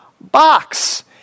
Box